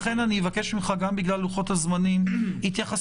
לכן אבקש ממך גם בגלל לוחות הזמנים התייחסות